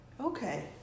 Okay